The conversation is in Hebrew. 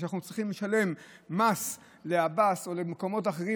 מה שאנחנו צריכים לשלם מס לעבאס או למקומות אחרים,